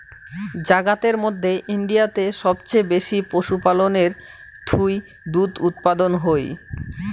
জাগাতের মধ্যে ইন্ডিয়াতে সবচেয়ে বেশি পশুপালনের থুই দুধ উপাদান হই